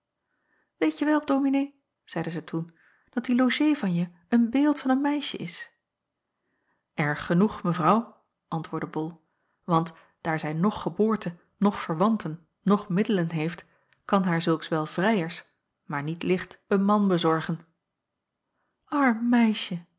weetje wel dominee zeide zij toen dat die logée van je een beeld van een meisje is erg genoeg mevrouw antwoordde bol want daar zij noch geboorte noch verwanten noch middelen heeft kan haar zulks wel vrijers maar niet licht een man bezorgen arm meisje